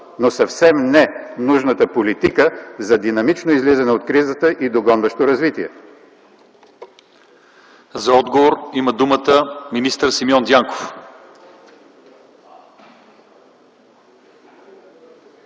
но съвсем не е нужната политика за динамично излизане от кризата и догонващо развитие.